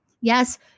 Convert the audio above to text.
yes